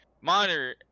monitor